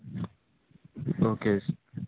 okay